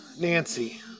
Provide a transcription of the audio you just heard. Nancy